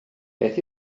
beth